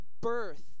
birth